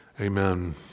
amen